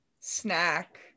snack